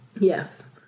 yes